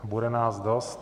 Bude nás dost.